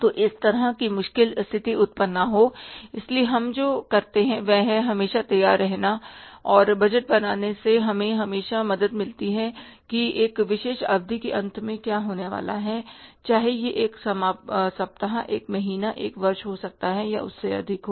तो इस तरह की मुश्किल स्थिति उत्पन्न न हो इसलिए हम जो करते हैं वह है हमेशा तैयार रहना और बजट बनाने से हमें हमेशा मदद मिलती है कि एक विशेष अवधि के अंत में क्या होने वाला है चाहे यह एक सप्ताह एक महीना एक वर्ष हो सकता है या उससे अधिक हो